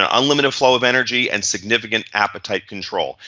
ah unlimited flow of energy and significant appetite control.